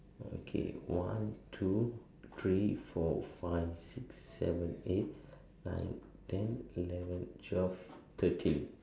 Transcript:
okay one two three four five six seven eight nine ten eleven twelve thirteen